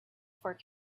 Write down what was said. for